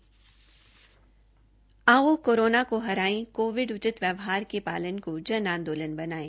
आओ कोरोना को हराए कोविड उचित व्यवहार के पालन को जन आंदोलन बनायें